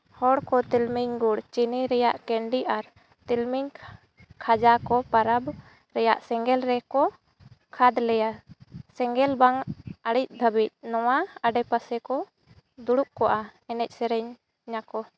ᱦᱚᱲᱠᱚ ᱛᱤᱞᱢᱤᱧ ᱜᱩᱲ ᱪᱤᱱᱤ ᱨᱮᱭᱟᱜ ᱠᱮᱱᱰᱤ ᱟᱨ ᱛᱤᱞᱢᱤᱧ ᱠᱷᱟᱡᱟᱠᱚ ᱯᱟᱨᱟᱵᱽ ᱨᱮᱭᱟᱜ ᱥᱮᱸᱜᱮᱞᱨᱮᱠᱚ ᱠᱷᱟᱫᱽᱞᱮᱭᱟ ᱥᱮᱸᱜᱮᱞ ᱵᱟᱝ ᱤᱬᱤᱡᱽ ᱫᱷᱟᱹᱵᱤᱡ ᱱᱚᱣᱟ ᱟᱰᱮᱯᱟᱥᱮᱠᱚ ᱫᱩᱲᱩᱵ ᱠᱚᱜᱼᱟ ᱮᱱᱮᱡᱼᱥᱮᱨᱮᱧᱟᱠᱚ